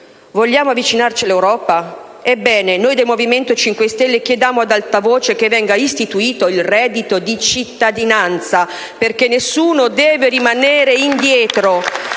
Vogliamo avvicinarci all'Europa? Ebbene, noi del Movimento 5 Stelle chiediamo ad alta voce che venga istituito il reddito di cittadinanza, perché nessuno deve rimanere indietro